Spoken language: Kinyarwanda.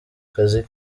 kazi